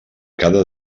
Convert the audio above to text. cada